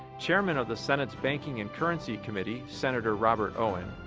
chairman of the senate's banking and currency committee, senator robert owen,